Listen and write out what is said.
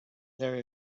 there